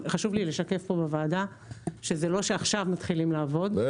חשוב לי לשקף פה בוועדה שזה לא שמתחילים לעבוד רק עכשיו,